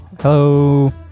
Hello